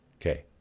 Okay